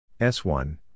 S1